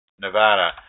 Nevada